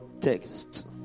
text